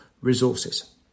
resources